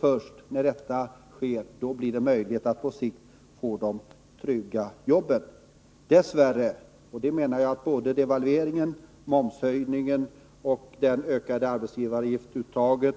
Först när detta har skett blir det möjligt att få de trygga jobben. Dess värre leder devalveringen, momshöjningen och det ökade arbetsgivaruttag